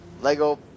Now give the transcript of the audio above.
Lego